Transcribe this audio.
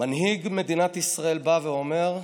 מנהיג מדינת ישראל אומר: